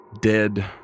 dead